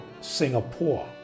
Singapore